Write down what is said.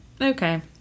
Okay